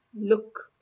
look